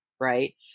right